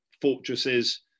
fortresses